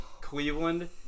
Cleveland